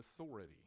authority